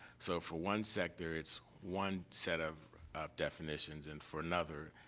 so, for one sector, it's one set of of definitions, and for another,